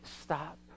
Stop